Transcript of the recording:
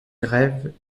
grève